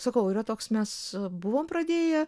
sakau yra toks mes buvom pradėję